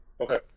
Okay